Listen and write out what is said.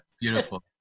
Beautiful